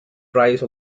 price